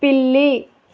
పిల్లి